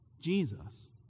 Jesus